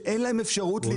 ואין להם אפשרות להתגונן.